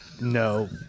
no